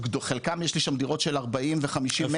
חלקם יש לי שם דירות של 40 ו-50 מטר.